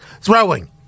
throwing